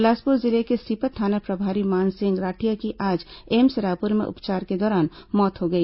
बिलासपुर जिले के सीपत थाना प्रभारी मानसिंह राठिया की आज एम्स रायपुर में उपचार के दौरान मौत हो गई